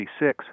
1966